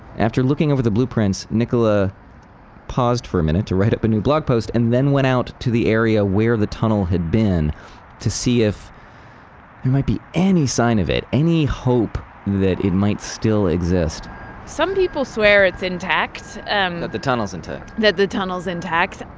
after looking over the blueprints, nicola paused for a minute to write up a new blog post and then went out to the area where the tunnel had been to see if there and might be any sign of it. any hope that it might still exist some people swear it's intact um that the tunnel's and intact? that the tunnel's intact.